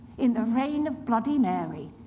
in the reign of bloody mary,